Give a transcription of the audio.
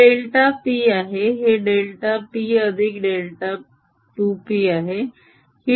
हे delta p आहे हे डेल्टा p अधिक डेल्टा 2 p आहे